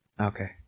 Okay